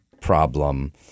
problem